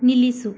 ನಿಲ್ಲಿಸು